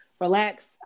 relax